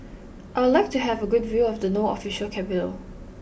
I would like to have a good view of No Official Capital